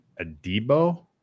Adibo